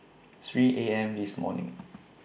three A M This morning